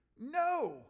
no